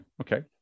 Okay